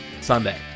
Sunday